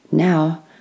Now